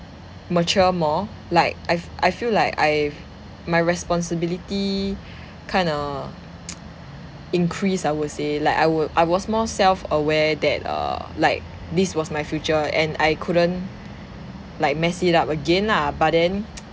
mature more like I f~ I feel like I've my responsibility kinda increase I would say like I would I was more self aware that err like this was my future and I couldn't like mess it up again lah but then